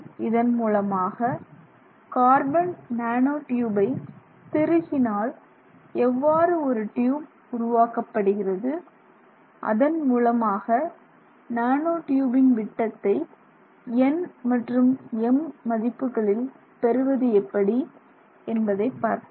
இதன் மூலமாக carbon nano டியூபை திருகினால் எவ்வாறு ஒரு ட்யூப் உருவாக்கப்படுகிறது அதன் மூலமாக நானோ ட்யூபின் விட்டத்தை n மற்றும் m மதிப்புகளில் பெறுவது எப்படி என்பதை பார்த்தோம்